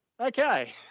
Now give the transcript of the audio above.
Okay